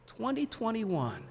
2021